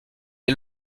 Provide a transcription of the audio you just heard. est